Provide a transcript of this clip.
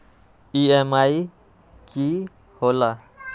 EMI की होला?